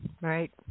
Right